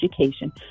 education